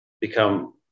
become